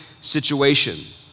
situation